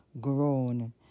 grown